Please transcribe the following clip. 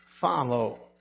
follow